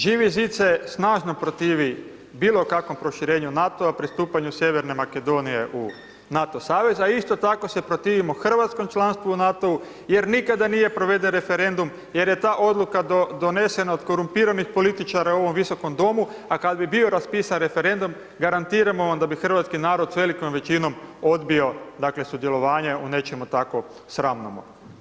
Živi zid se snažno protivi bilo kakvom proširenju NATO-a, pristupanju Sjeverne Makedonije u NATO savez, a isto tako se protivimo hrvatskom članstvu u NATO-u jer nikada nije proveden referendum jer je ta odluka donesena od korumpiranih političara u ovom visokom domu, a kad bi bio raspisan referendum, garantiramo vam da bi hrvatski narod s velikom većinom odbio dakle sudjelovanje u nečemu tako sramnomu.